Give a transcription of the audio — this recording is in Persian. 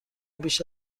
بیش